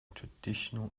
traditional